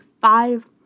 five